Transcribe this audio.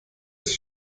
ist